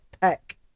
peck